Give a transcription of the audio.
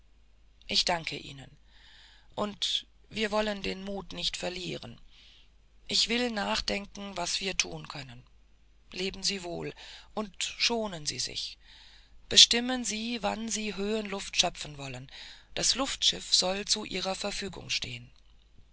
ich danke ihnen und wir wollen den mut nicht verlieren ich will nachdenken was wir tun können leben sie wohl und schonen sie sich bestimmen sie wann sie höhenluft schöpfen wollen das luftschiff soll zu ihrer verfügung stehen